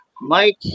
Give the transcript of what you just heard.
Mike